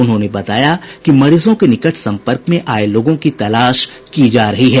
उन्होंने बताया कि मरीजों के निकट संपर्क में आये लोगों की तलाश की जा रही है